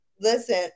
Listen